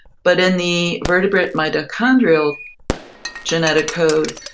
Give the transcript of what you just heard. but in the vertebrate mitochondrial genetic code,